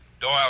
Doyle